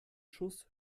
schuss